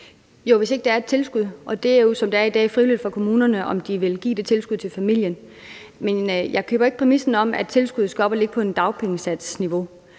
jo, som det er i dag, frivilligt for kommunerne, om de vil give det tilskud til familien. Men jeg køber ikke præmissen om, at tilskuddet skal op at ligge på et dagpengesatsniveau.